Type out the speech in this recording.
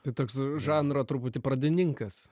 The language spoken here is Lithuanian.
tai toks žanro truputį pradininkas